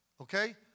Okay